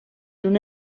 una